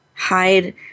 hide